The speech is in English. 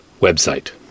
website